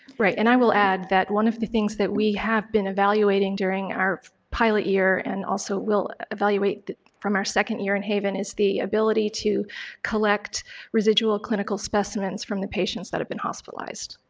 right, and i will add that one of the things that we have been evaluating during our pilot year and also will evaluate from our second year in haven is the ability to collect residual clinical specimens from the patients that have been hospitalized.